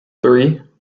three